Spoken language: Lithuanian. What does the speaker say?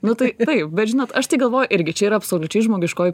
nu tai taip bet žinot aš tai galvoju irgi čia yra absoliučiai žmogiškoji